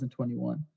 2021